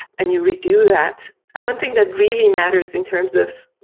and you redo that. and one thing that really matters in terms of